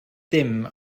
dim